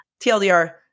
TLDR